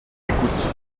écoute